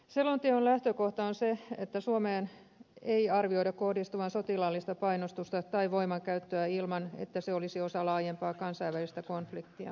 selonteon lähtökohta on se että suomeen ei arvioida kohdistuvan sotilaallista painostusta tai voimankäyttöä ilman että se olisi osa laajempaa kansainvälistä konfliktia